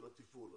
של התפעול.